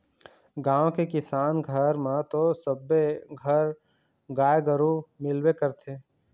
गाँव के किसान घर म तो सबे घर गाय गरु मिलबे करथे